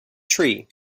tree